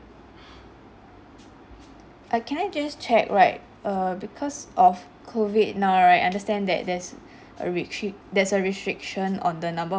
uh can I just check right err because of COVID now right I understand that there's a restrict~ there's a restriction on the number of